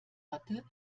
hatte